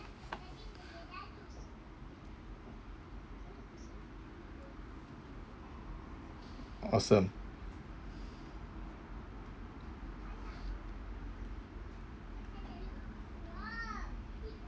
awesome